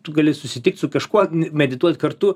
tu gali susitikt su kažkuo medituot kartu